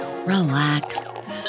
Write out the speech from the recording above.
relax